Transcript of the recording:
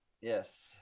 yes